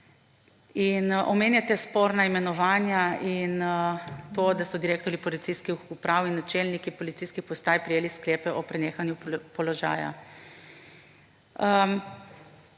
omenjate sporna imenovanja in to, da so direktorji policijskih uprav in načelniki policijskih postaj prejeli sklepe o prenehanju položaja.